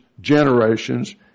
generations